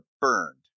burned